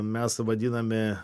mes vadiname